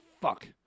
Fuck